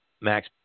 Max